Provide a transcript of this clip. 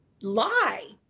lie